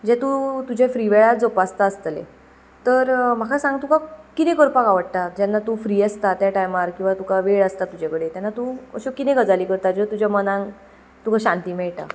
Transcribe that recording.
जे तूं तुजे फ्री वेळार जोपासता आसतलें तर म्हाका सांग तुका किदें करपाक आवडटा जेन्ना तूं फ्री आसता त्या टायमार किंवां तुका वेळ आसता तुजे कडे तेन्ना तूं अश्यो किदें गजाली करता ज्यो तुज्या मनान तुका शांती मेळटा